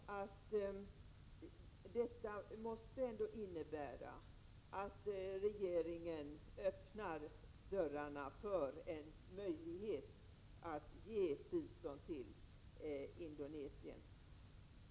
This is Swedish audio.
Detta måste ändå innebära att regeringen öppnar dörrarna för en möjlighet att ge bistånd till Indonesien.